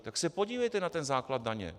Tak se podívejte na ten základ daně.